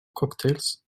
cocktails